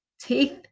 teeth